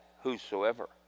Whosoever